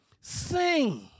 Sing